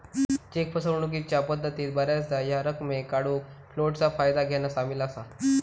check फसवणूकीच्या पद्धतीत बऱ्याचदा ह्या रकमेक काढूक फ्लोटचा फायदा घेना सामील असा